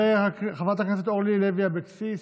חברת הכנסת אורלי לוי אבקסיס,